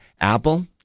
Apple